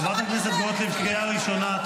חברת הכנסת גוטליב, קריאה ראשונה.